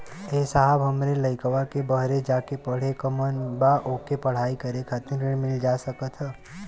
ए साहब हमरे लईकवा के बहरे जाके पढ़े क मन बा ओके पढ़ाई करे खातिर ऋण मिल जा सकत ह?